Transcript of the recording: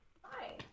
hi